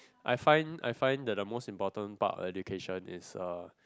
I find I find the most important part of education is uh